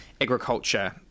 agriculture